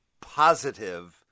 positive